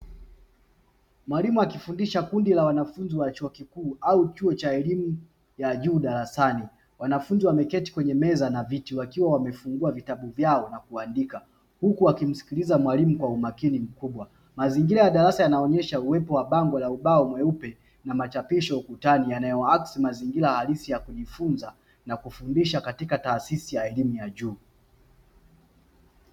Mwalimu akifundisha kundi la wanafunzi wa chuo kikuu au chuo cha elimu ya juu darasani. Wanafunzi wameketi kwenye meza na viti wakiwa wamefungua vitabu vyao na kuandika, huku wakimsikiliza mwalimu kwa umakini mkubwa. Mazingira ya darasa yanaonyesha uwepo wa bango la ubao mweupe na machapisho ukutani yanayoakisi mazingira halisi ya kujifunza na kufundisha katika taasisi ya elimu ya juu.